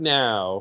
now